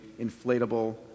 inflatable